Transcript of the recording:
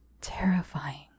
terrifying